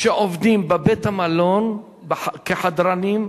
שעובדים בבית-המלון כחדרנים,